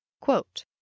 quote